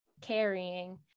carrying